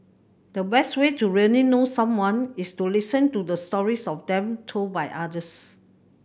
the best way to really know someone is to listen to the stories of them told by others